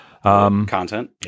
Content